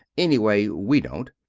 enneway we dont.